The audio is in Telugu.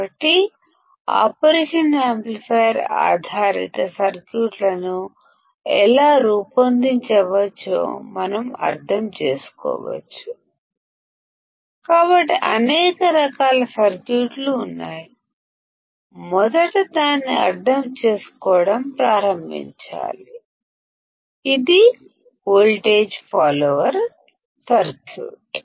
కాబట్టి ఆపరేషన్ యాంప్లిఫైయర్ ఆధారిత సర్క్యూట్లను ఎలా రూపొందించవచ్చో మనం అర్థం చేసుకుంటాము కాబట్టి అక్కడ వివిధ రకాల సర్క్యూట్లు ఉన్నాయి మనం మొదట వోల్టేజ్ వోల్టేజ్ ఫాలోయర్ సర్క్యూట్ ని